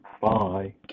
Bye